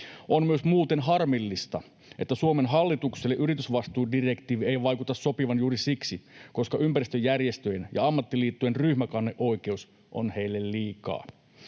On muuten myös harmillista, että Suomen hallitukselle yritysvastuudirektiivi ei vaikuta sopivan juuri siksi, että ympäristöjärjestöjen ja ammattiliittojen ryhmäkanneoikeus on heille liikaa.